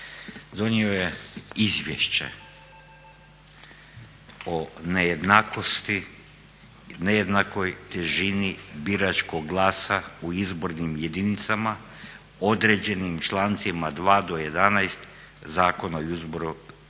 donio je izvješće o nejednakosti i nejednakoj težini biračkog glasa u izbornim jedinicama određenim člancima 2. do 11. Zakona o izbornim